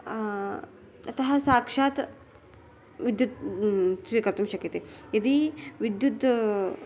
ततः साक्षात् विद्युत् स्वीकर्तुं शक्यते यदि विद्युत्